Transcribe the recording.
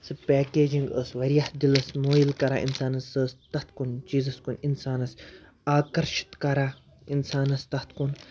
سۄ پیکیجِنٛگ ٲس واریاہ دِلَس مٲیِل کَران اِنسانَس سۄ ٲس تَتھ کُن چیٖزَس کُن اِنسانَس آکَرشِت کَران اِنسانَس تَتھ کُن